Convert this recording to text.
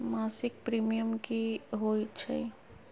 मासिक प्रीमियम की होई छई?